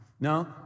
no